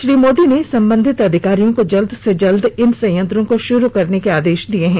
श्री मोदी ने संबंधित अधिकारियों को जल्द से जल्द इन संयंत्रों को शुरू करने के आदेश दिए हैं